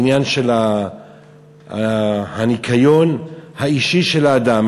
עניין של הניקיון האישי של האדם,